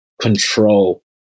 control